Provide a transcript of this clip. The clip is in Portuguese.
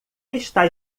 está